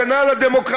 הגנה על הדמוקרטיה.